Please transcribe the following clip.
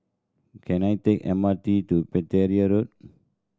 can I take M R T to Pereira Road